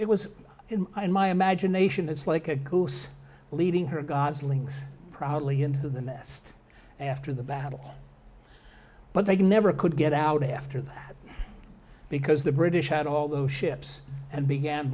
it was in my imagination it's like a goose leading her goslings proudly into the nest after the battle but they never could get out after that because the british had all those ships and began